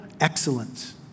excellence